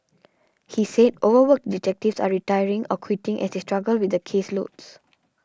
he said overworked detectives are retiring or quitting as they struggle with the caseloads